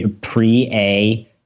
pre-A